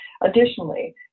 Additionally